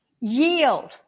Yield